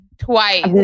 twice